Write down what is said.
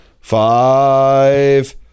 Five